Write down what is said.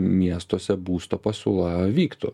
miestuose būsto pasiūla vyktų